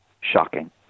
shocking